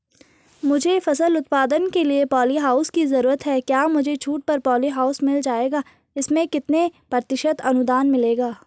मुझे फसल उत्पादन के लिए प ॉलीहाउस की जरूरत है क्या मुझे छूट पर पॉलीहाउस मिल जाएगा इसमें कितने प्रतिशत अनुदान मिलेगा?